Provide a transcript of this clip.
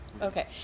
okay